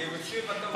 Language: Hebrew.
היא הקשיבה טוב מאוד.